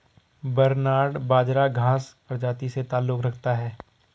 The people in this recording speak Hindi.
बरनार्ड बाजरा घांस प्रजाति से ताल्लुक रखता है